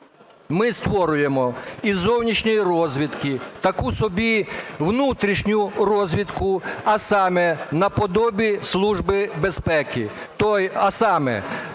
Ми створюємо із зовнішньої розвідки таку собі внутрішню розвідку, а саме наподобие Служби безпеки.